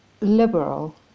liberal